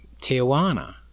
Tijuana